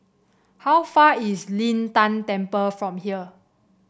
how far is Lin Tan Temple from here